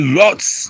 lots